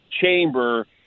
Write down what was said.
chamber